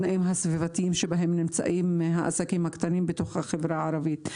והתנאים הסביבתיים שבהם נמצאים העסקים הקטנים בחברה הערבית.